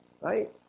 Right